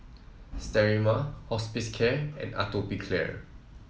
Sterimar Hospicare and Atopiclair